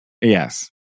Yes